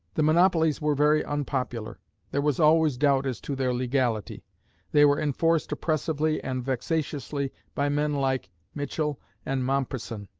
the monopolies were very unpopular there was always doubt as to their legality they were enforced oppressively and vexatiously by men like michell and mompesson,